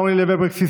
אורלי לוי אבקסיס,